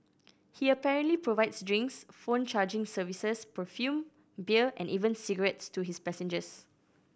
he apparently provides drinks phone charging services perfume beer and even cigarettes to his passengers